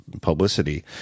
publicity